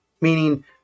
meaning